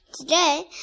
Today